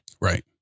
Right